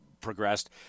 progressed